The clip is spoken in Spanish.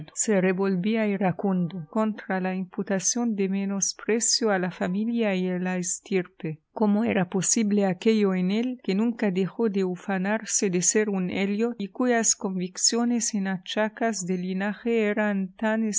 se revolvía iracundo contra la imputación de menosprecio a la familia y a la estirpe cómo era posible aquello en él que nunca dejó de ufanarse de ser un elliot y cuyas convicciones en achaques de linajes eran